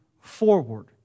forward